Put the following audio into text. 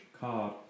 card